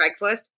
craigslist